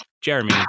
Jeremy